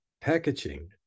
Packaging